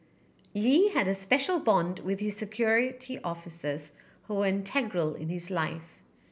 Lee had a special bond with his Security Officers who were integral in his life